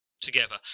together